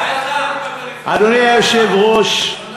אדוני היושב-ראש,